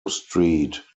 street